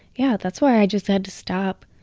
yeah, that's why i just had to stop.